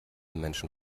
menschen